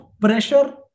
pressure